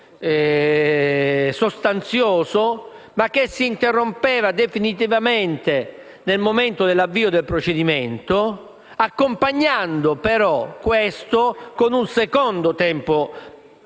ma che si interrompeva definitivamente nel momento dell'avvio del procedimento, accompagnando però questo con un secondo tempo